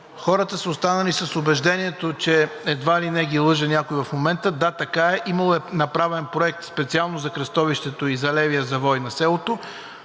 хората са останали с убеждението, че едва ли не ги лъже някой в момента. Да, така е, имало е направен проект специално за кръстовището и за левия завой на селото.